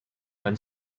when